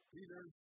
Peter